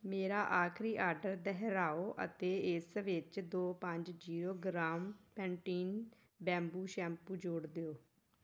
ਮੇਰਾ ਆਖਰੀ ਆਰਡਰ ਦੁਹਰਾਓ ਅਤੇ ਇਸ ਵਿੱਚ ਦੋ ਪੰਜ zero gram Pantene bamboo shampoo ਜੋੜ ਦਿਉ